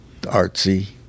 artsy